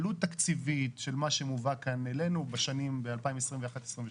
עלות תקציבית של מה שמובא כאן אלינו ב-2021 2022?